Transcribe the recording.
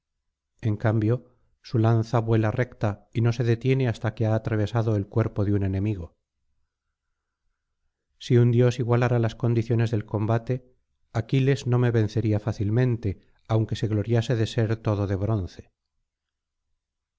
en cambio su lanza vuela recta y no se detiene hasta que ha atravesado el cuerpo de un enemigo si un dios igualara las condiciones del combate aquiles no me vencería fácilmente aunque se gloriase de ser todo de bronce